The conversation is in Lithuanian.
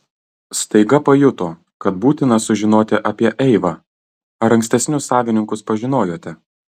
staiga pajuto kad būtina sužinoti apie eivą ar ankstesnius savininkus pažinojote